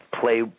play